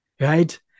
right